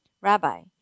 Rabbi